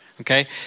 Okay